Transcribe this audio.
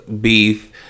beef